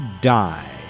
die